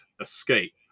escape